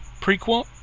prequel